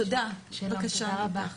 תודה רבה,